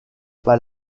pas